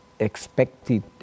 expected